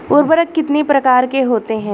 उर्वरक कितनी प्रकार के होते हैं?